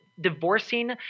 divorcing